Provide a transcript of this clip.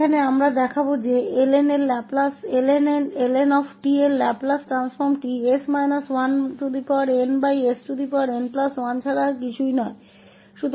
यहाँ हम दिखाएंगे कि इन Ln𝑡 का लाप्लास ट्रांसफॉर्म और कुछ नहीं बल्कि nsn1 है